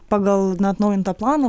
pagal atnaujintą planą